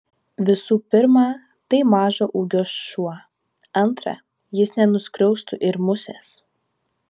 visų pirma tai mažo ūgio šuo antra jis nenuskriaustų ir musės